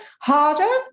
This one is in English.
Harder